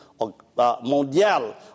mondial